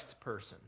person